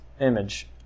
image